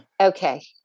Okay